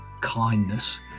kindness